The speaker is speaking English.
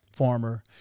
farmer